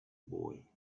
boy